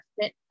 fit